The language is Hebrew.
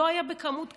לא היה בכמות כזאת.